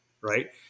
right